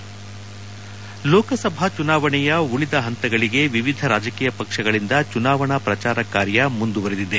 head Lok Sabha ಚುನಾವಣೆಯ ಉಳಿದ ಹಹತಗಳಿಗೆ ವಿವಿಧ ರಾಜಕೀಯ ಪಕ್ಷಗಳಿಂದ ಚುನಾವಣಾ ಪ್ರಚಾರಕಾರ್ಯ ಮುಂದುವರಿದಿದೆ